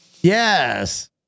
yes